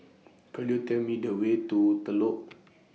Could YOU Tell Me The Way to Telok